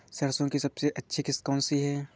सरसो की सबसे अच्छी किश्त कौन सी है?